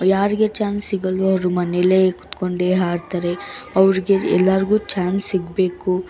ಯಾರಿಗೆ ಚಾನ್ಸ್ ಸಿಗೋಲ್ವೊ ಅವರು ಮನೇಲೆ ಕೂತ್ಕೊಂಡೆ ಹಾಡ್ತಾರೆ ಅವ್ರಿಗೆ ಎಲ್ರಿಗೂ ಚಾನ್ಸ್ ಸಿಗಬೇಕು